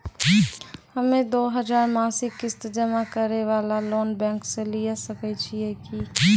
हम्मय दो हजार मासिक किस्त जमा करे वाला लोन बैंक से लिये सकय छियै की?